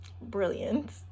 Brilliant